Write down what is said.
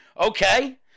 okay